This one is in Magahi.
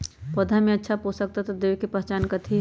पौधा में अच्छा पोषक तत्व देवे के पहचान कथी हई?